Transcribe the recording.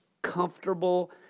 Comfortable